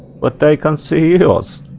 but they can see he was